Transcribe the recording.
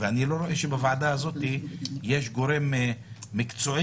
אני לא מבין שבוועדה הזאת יש גורם מקצועי.